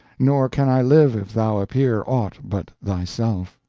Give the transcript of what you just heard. nor can i live if thou appear aught but thyself.